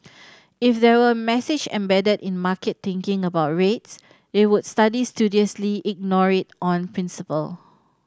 if there were message embedded in market thinking about rates they would studiously ignore it on principle